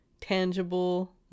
tangible